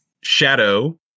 Shadow